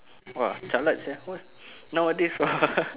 !wah! jialat sia what nowadays